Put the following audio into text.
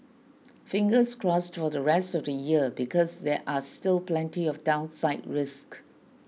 fingers crossed for the rest of the year because there are still plenty of downside risk